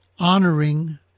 Honoring